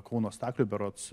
kauno staklių berods